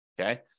Okay